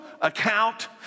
account